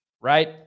Right